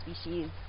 species